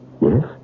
Yes